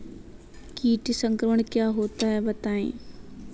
कीट संक्रमण क्या होता है बताएँ?